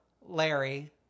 Larry